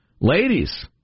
Ladies